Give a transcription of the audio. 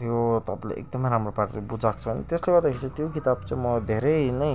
त्यो तपाईँलाई एकदमै राम्रो पाराले बुझाएको छ त्यसले गर्दाखेरि चाहिँ त्यो किताब चाहिँ म धेरै नै